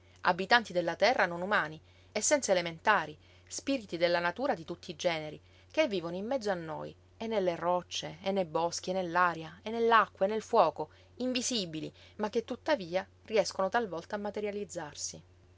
abitanti della terra non umani essenze elementari spiriti della natura di tutti i generi che vivono in mezzo a noi e nelle rocce e nei boschi e nell'aria e nell'acqua e nel fuoco invisibili ma che tuttavia riescono talvolta a materializzarsi